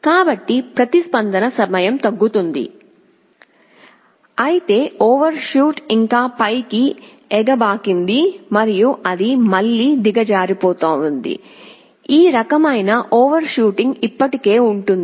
కాబట్టి ప్రతిస్పందన సమయం తగ్గింది అయితే ఓవర్షూట్ ఇంకా పైకి ఎగబాకింది మరియు అది మళ్ళీ దిగజారిపోతుంది ఈ రకమైన ఓవర్షూటింగ్ ఇప్పటికీ ఉంటుంది